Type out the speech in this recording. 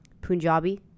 Punjabi